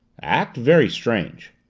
act very strange.